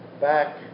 back